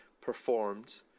performed